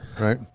right